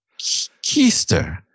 Keister